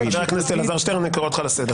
חבר הכנסת אלעזר שטרן, אני קורא אותך לסדר.